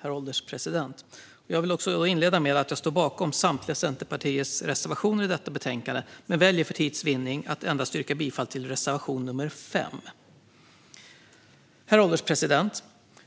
Herr ålderspresident! Jag vill inleda med att säga att jag står bakom samtliga av Centerpartiets reservationer i detta betänkande. För tids vinnande väljer jag dock att yrka bifall endast till reservation 5. Herr ålderspresident!